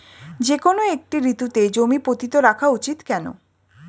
যেকোনো একটি ঋতুতে জমি পতিত রাখা উচিৎ কেন?